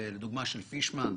לדוגמה של פישמן?